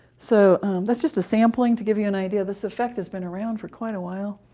so that's just a sampling, to give you an idea this effect has been around for quite a while.